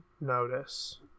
notice